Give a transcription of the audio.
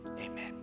amen